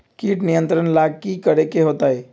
किट नियंत्रण ला कि करे के होतइ?